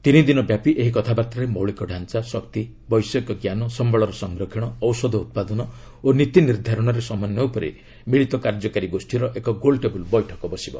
ତିନି ଦିନ ବ୍ୟାପୀ ଏହି କଥାବାର୍ତ୍ତାରେ ମୌଳିକ ଢାଞ୍ଚା ଶକ୍ତି ବୈଷୟିକଜ୍ଞାନ ସମ୍ଭଳର ସଂରକ୍ଷଣ ଔଷଧ ଉତ୍ପାଦନ ଓ ନୀତି ନିର୍ଦ୍ଧାରଣରେ ସମନ୍ୟ ଉପରେ ମିଳିତ କାର୍ଯ୍ୟକାରୀ ଗୋଷୀର ଏକ ଗୋଲଟେବୂଲ୍ ବୈଠକ ବସିବ